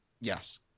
Yes